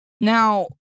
Now